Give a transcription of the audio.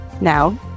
Now